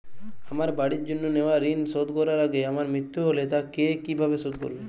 আমার বাড়ির জন্য নেওয়া ঋণ শোধ করার আগে আমার মৃত্যু হলে তা কে কিভাবে শোধ করবে?